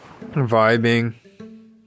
vibing